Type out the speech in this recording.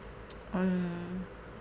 um